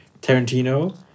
Tarantino